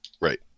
Right